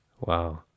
Wow